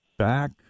back